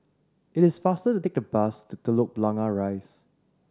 it is faster to take the bus to Telok Blangah Rise